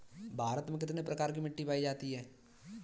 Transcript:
भारत में कितने प्रकार की मिट्टी पायी जाती है?